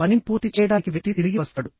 పనిని పూర్తి చేయడానికి వ్యక్తి తిరిగి వస్తాడు